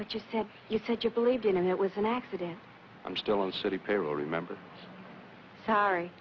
but you said you said you believed in and it was an accident i'm still on city payroll remember sorry